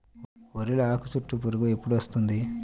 వరిలో ఆకుచుట్టు పురుగు ఎప్పుడు వస్తుంది?